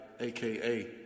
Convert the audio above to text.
aka